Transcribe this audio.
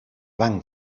banc